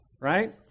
right